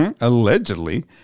allegedly